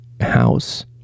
house